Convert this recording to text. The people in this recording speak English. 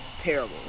terrible